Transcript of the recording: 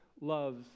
loves